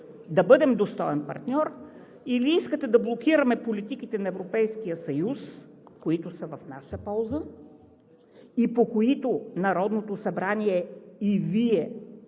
да бъдем достоен партньор? Или искате да блокираме политиките на Европейския съюз, които са в наша полза и по които Народното събрание и Вие